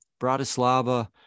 Bratislava